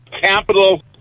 capital